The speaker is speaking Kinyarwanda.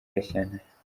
gashyantare